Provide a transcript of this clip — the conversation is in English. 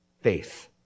faith